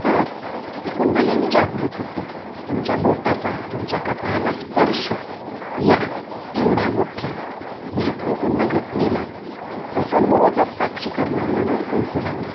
तर ती कुंडलीनी जागृत होते तुमच्या बोटाचा तुमच्या कपाळाला स्पर्श या एवढ्या मोठ्या महत्त्वपूर्ण घटनेला असं रोजच साक्षी करणं म्हणून कुंकू लावणं